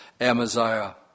Amaziah